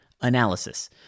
analysis